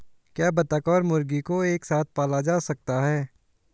क्या बत्तख और मुर्गी को एक साथ पाला जा सकता है?